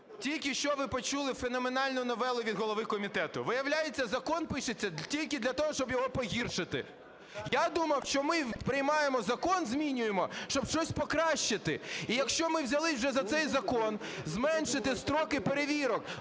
Тільки що ви почули феноменальну новелу від голови комітету: виявляється, закон пишеться тільки для того, щоб його погіршити. Я думав, що ми приймаємо закон, змінюємо, щоб щось покращити. І якщо ми взялися вже за цей закон - зменшити строки перевірок,